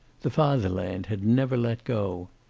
the fatherland had never let go.